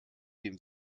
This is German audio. dem